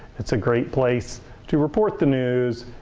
it's a great place to report the news,